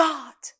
God